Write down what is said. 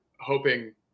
hoping